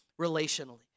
relationally